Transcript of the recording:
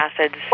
acids